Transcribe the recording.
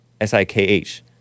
S-I-K-H